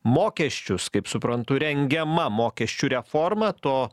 mokesčius kaip suprantu rengiama mokesčių reforma to